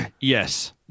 Yes